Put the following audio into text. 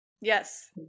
Yes